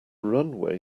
runway